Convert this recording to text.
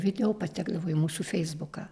video patekdavo į mūsų feisbuką